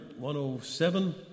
107